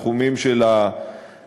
בתחומים של הערכים.